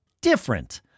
different